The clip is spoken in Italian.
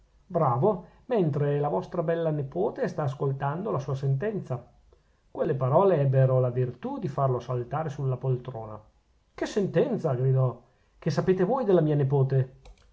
bravo mentre la vostra bella nepote sta ascoltando la sua sentenza quelle parole ebbero la virtù di farlo saltare sulla poltrona che sentenza gridò che sapete voi della mia nepote